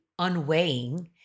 unweighing